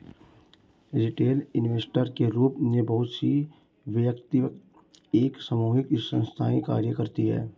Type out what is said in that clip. retail investor के रूप में बहुत सी वैयक्तिक एवं सामूहिक संस्थाएं कार्य करती हैं